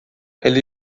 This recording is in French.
elle